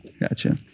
gotcha